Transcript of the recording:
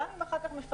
גם אם אחר כך מפצים,